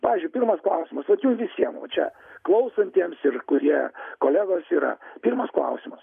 pavyzdžiuipirmas klausimas visiem va čia klausantiems ir kurie kolegos yra pirmas klausimas